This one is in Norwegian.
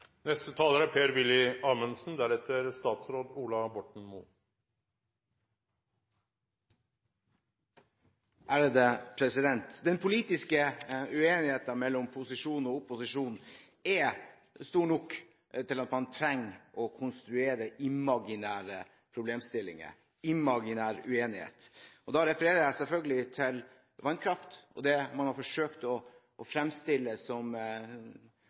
neste korsvei. Det gjelder også Fremskrittspartiet og Høyre. Den politiske uenigheten mellom posisjon og opposisjon er stor nok til at man trenger å konstruere imaginære problemstillinger, imaginær uenighet. Da viser jeg selvfølgelig til at man har forsøkt å fremstille det som om Fremskrittspartiet ønsker å